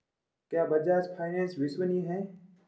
क्या बजाज फाइनेंस विश्वसनीय है?